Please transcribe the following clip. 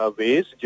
ways